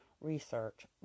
research